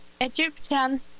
Egyptian